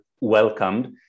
welcomed